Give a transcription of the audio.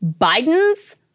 Biden's